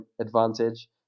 advantage